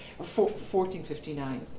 1459